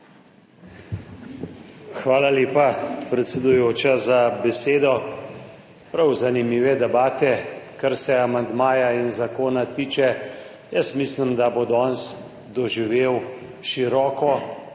Hvala lepa, predsedujoča, za besedo. Prav zanimive debate, kar se amandmaja in zakona tiče, jaz mislim, da bo danes doživel široko podporo